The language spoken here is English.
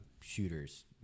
shooters